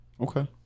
Okay